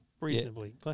reasonably